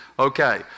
Okay